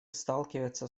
сталкивается